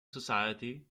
society